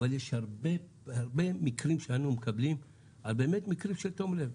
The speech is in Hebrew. אבל יש הרבה הרבה מקרים שאנו מקבלים שהם באמת מקרים בתום לב.